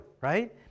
right